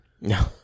No